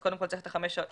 אז קודם כל צריך חמש שנות